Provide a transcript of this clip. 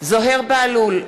זוהיר בהלול,